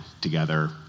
together